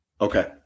Okay